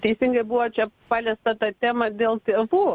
teisingai buvo čia paliesta ta tema dėl tėvų